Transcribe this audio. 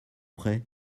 prêt